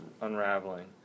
unraveling